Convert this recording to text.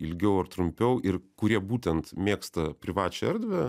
ilgiau ar trumpiau ir kurie būtent mėgsta privačią erdvę